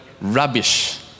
rubbish